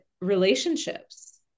relationships